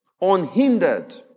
Unhindered